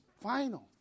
final